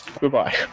goodbye